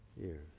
years